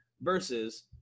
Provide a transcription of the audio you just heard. versus